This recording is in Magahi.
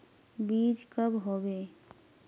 बीज कब होबे?